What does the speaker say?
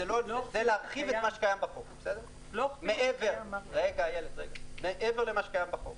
זה להרחיב את מה שקיים בחוק - מעבר למה שקיים בחוק,